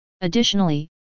Additionally